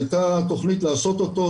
הייתה תכנית לעשות אותו,